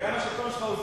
וגם השלטון שלך הוא זמני.